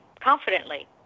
confidently